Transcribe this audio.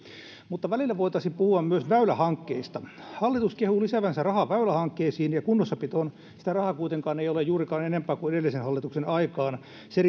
mutta välillä voitaisiin puhua myös väylähankkeista hallitus kehuu lisäävänsä rahaa väylähankkeisiin ja kunnossapitoon sitä rahaa kuitenkaan ei ole juurikaan enempää kuin edellisen hallituksen aikaan se